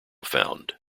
found